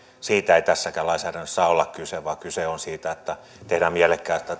siitä ei tässäkään lainsäädännössä saa olla kyse vaan kyse on siitä että tehdään mielekkäitä